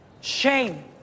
Shame